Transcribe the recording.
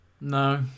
No